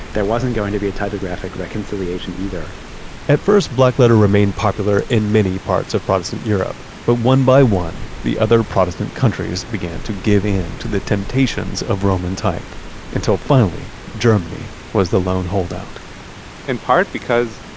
there wasn't going to be a typographic reconciliation either at first, blackletter remained popular in many parts of protestant europe, but one by one, one, the other protestant countries began to give in to the temptations of roman type until finally, germany was the lone holdout in part because,